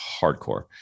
hardcore